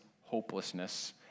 hopelessness